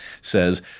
says